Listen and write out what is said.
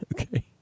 Okay